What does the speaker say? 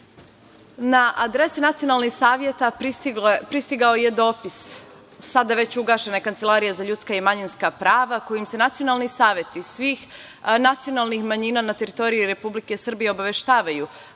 Na adrese nacionalnih saveta pristigao je dopis sada već ugašene Kancelarije za ljudska i manjinska prava kojim se nacionalni saveti svih nacionalnih manjina na teritoriji Republike Srbije obaveštavaju